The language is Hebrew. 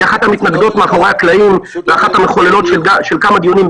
שהיא אחת המתנגדות מאחור הקלעים ואחת המחוללות של כמה דיונים,